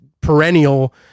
perennial